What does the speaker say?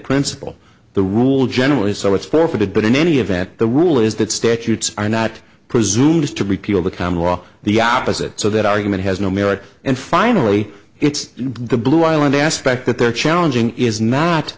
principle the rule generally so it's forfeited but in any event the rule is that statutes are not presumed to repeal the common law the opposite so that argument has no merit and finally it's the blue island aspect that they're challenging is not